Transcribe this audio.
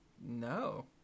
No